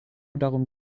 darum